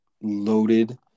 loaded